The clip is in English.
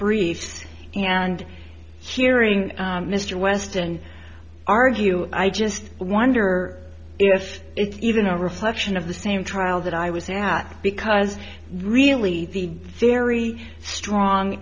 briefs and hearing mr weston argue i just wonder if it's even a reflection of the same trial that i was at because really the very strong